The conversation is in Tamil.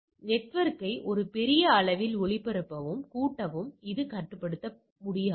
எனவே நெட்வொர்க்கை ஒரு பெரிய அளவில் ஒளிபரப்பவும் கூட்டவும் இது கட்டுப்படுத்த முடியாது